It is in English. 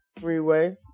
Freeway